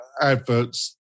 adverts